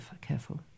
careful